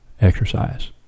exercise